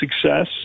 success